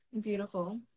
Beautiful